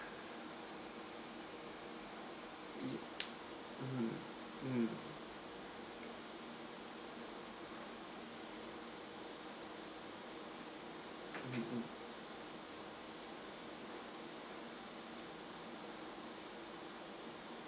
mm mm mm mm